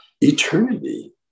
eternity